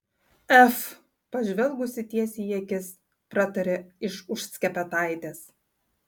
ef pažvelgusi tiesiai į akis pratarė iš už skepetaitės